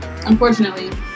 unfortunately